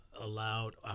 allowed